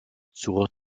zur